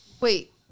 Wait